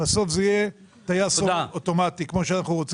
בסוף זה יהיה טייס אוטומטי, כמו שאנחנו רוצים.